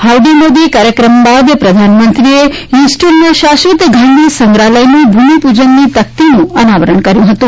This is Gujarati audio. હાઉડી મોદી કાર્યક્રમ બાદ પ્રધાનમંત્રીએ હ્યુસ્ટનમાં શાશ્વત ગાંધી સંગ્રહાલયનું ભૂમિપૂજનની તકતીનું અનાવરણ કર્યું હતું